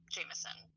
Jameson